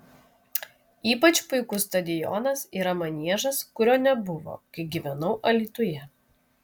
ypač puikus stadionas yra maniežas kurio nebuvo kai gyvenau alytuje